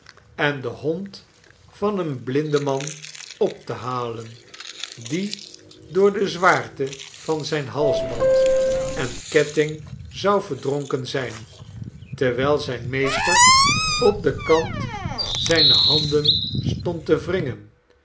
en den hond van een blindeman op te halen die door de zwaarte van zijn halsband en ketting zou verdronken zijn terwijl zijn meester op den kant zijne handen stond te wringen